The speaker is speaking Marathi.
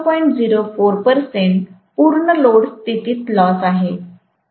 ०4 टक्के पूर्ण लोड परिस्थितीत लॉस आहे